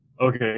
Okay